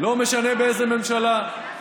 לא משנה באיזו ממשלה,